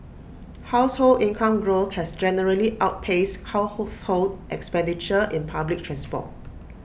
household income growth has generally outpaced household expenditure in public transport